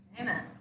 Amen